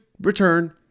return